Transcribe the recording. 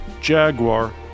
Jaguar